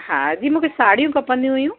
हा जी मूंखे साड़ियूं खपंदियूं हुयूं